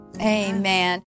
Amen